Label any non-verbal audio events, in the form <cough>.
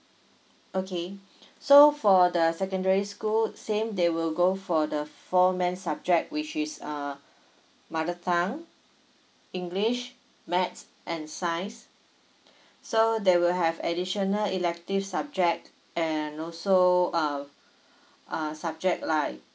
okay <breath> so for the secondary school same they will go for the four main subject which is uh <breath> mother tongue english math and science <breath> so they will have additional elective subject and also uh <breath> uh subject like